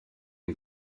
une